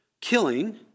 killing